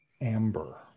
amber